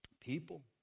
People